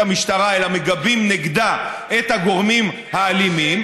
המשטרה אלא מגבים נגדה את הגורמים האלימים,